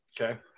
okay